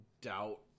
Doubt